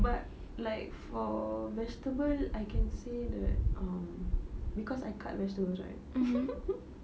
but like for vegetable I can say that um cause I cut vegetables right